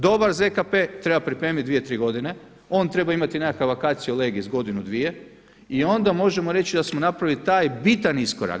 Dobar ZKP treba pripremiti 2, 3 godine, on treba imati nekakav vacatio legis godinu dvije i onda možemo reći da smo napravili taj bitan iskorak.